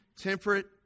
temperate